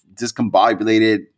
discombobulated